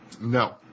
No